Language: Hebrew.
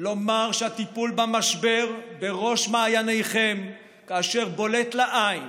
לומר שהטיפול במשבר בראש מעייניכם כאשר בולט לעין